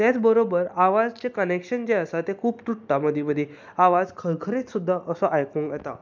तेच बरोबर आवाजाचें जे कनॅक्शन जें आसा तें खूब तुटता मदीं मदीं आवाज खरखरीत सुद्दां असो आयकूंक येता